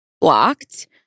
blocked